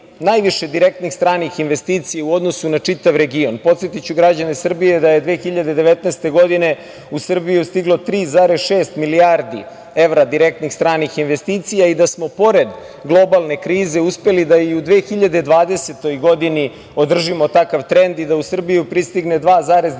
najviše direktnih stranih investicija u odnosu na čitav region. Podsetiću građane Srbije da je 2019. godine u Srbiju stiglo 3,6 milijardi evra direktnih stranih investicija i da smo pored globalne krize uspeli da i u 2020. godini održimo takav trend i da u Srbiju pristigne 2,9 milijardi